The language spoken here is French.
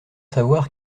savoir